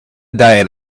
diet